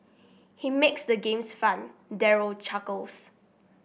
he makes the games fun Daryl chuckles